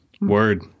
Word